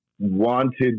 wanted